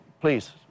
please